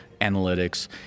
analytics